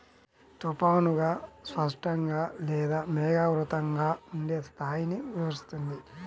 తుఫానుగా, స్పష్టంగా లేదా మేఘావృతంగా ఉండే స్థాయిని వివరిస్తుంది